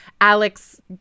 alex